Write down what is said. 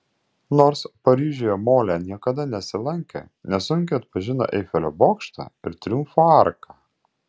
nors paryžiuje molė niekada nesilankė nesunkiai atpažino eifelio bokštą ir triumfo arką